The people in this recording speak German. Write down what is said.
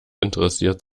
interessiert